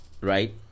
right